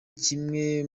kimwe